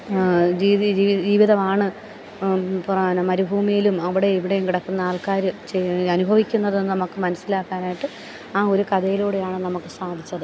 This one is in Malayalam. രീതി ജീവിതമാണ് പ് മരുഭൂമിയിലും അവിടെയും ഇവിടെയും കിടക്കുന്ന ആൾക്കാർ ചെയ് അനുഭവിക്കുന്നതെന്ന് നമുക്ക് മനസ്സിലാക്കാനായിട്ട് ആ ഒരു കഥയിലൂടെയാണ് നമുക്ക് സാധിച്ചത്